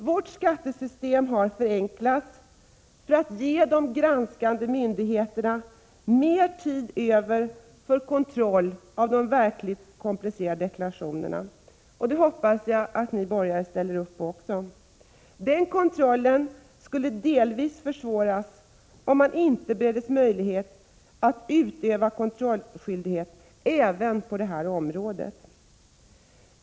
Vårt skattesystem har förenklats för att ge de granskande myndigheterna mer tid över för kontroll av de verkligt komplicerade deklarationerna. Det hoppas jag att också ni borgare ställer er bakom. Den kontrollen skulle delvis försvåras, om man inte bereddes möjlighet att utöva kontrollskyldigheten även på det här området.